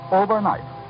overnight